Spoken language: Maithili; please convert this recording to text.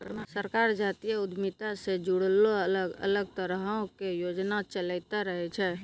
सरकार जातीय उद्यमिता से जुड़लो अलग अलग तरहो के योजना चलैंते रहै छै